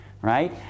right